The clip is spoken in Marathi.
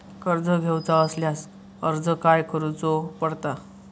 कर्ज घेऊचा असल्यास अर्ज खाय करूचो पडता?